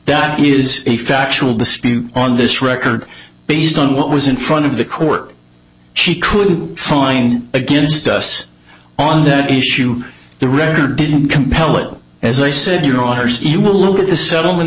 that is a factual dispute on this record based on what was in front of the court she couldn't find against us on that issue the record didn't compel it as i said you know her city will look at the settlement